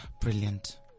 Brilliant